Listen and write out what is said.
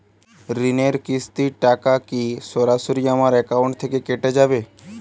ঋণের কিস্তির টাকা কি সরাসরি আমার অ্যাকাউন্ট থেকে কেটে যাবে?